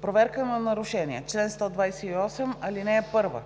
„Проверка за нарушения Чл. 128. (1) Проверка